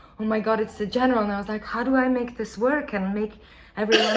oh my god. it's the general. and i was like, how do i make this work and make